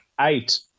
eight